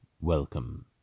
welcome